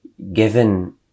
Given